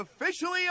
officially